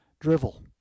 drivel